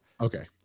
Okay